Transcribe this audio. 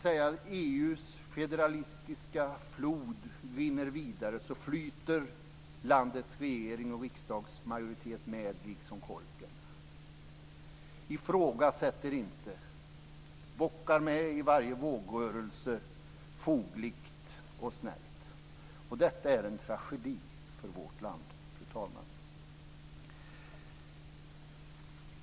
När EU:s federalistiska flod rinner vidare flyter landets regering och riksdagsmajoritet med liksom korken, ifrågasätter inte och bockar med i varje vågrörelse fogligt och snällt. Detta är, fru talman, en tragedi för vårt land.